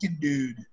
dude